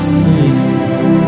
faithful